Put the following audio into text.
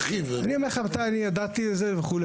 אני אומר לך מתי אני ידעתי על זה וכו'.